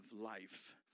life